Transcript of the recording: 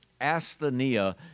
asthenia